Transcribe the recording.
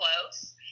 close